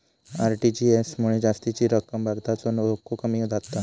RTGS मुळे जास्तीची रक्कम भरतानाचो धोको कमी जाता